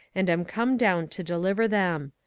and am come down to deliver them.